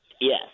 yes